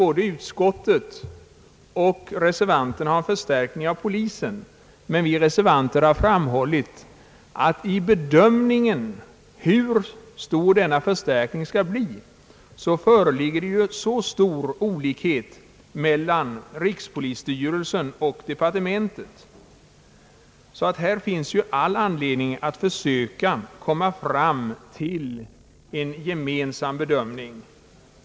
Både utskottet och reservanterna vill ha en förstärkning av polisen. Men vi reservanter har framhållit att det i bedömningen av hur stor denna förstärkning bör vara föreligger så stor olikhet mellan rikspolisstyrelsen och departementet att det finns all anledning att försöka komma fram till en gemensam grund för bedömningen.